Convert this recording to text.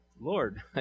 Lord